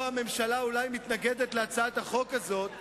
הממשלה אולי מתנגדת להצעת החוק הזאת,